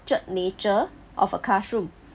nature of a classroom